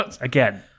again